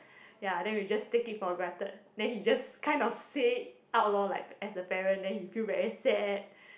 ya then we just take it for granted then he just kind of say out lor like as a parent then he feel very sad